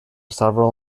several